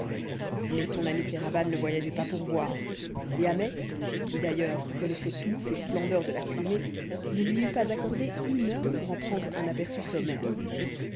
mais son ami kéraban ne voyageait pas pour voir et ahmet qui d'ailleurs connaissait toutes ces splendeurs de la crimée ne lui eût pas accordé une heure pour en prendre un aperçu sommaire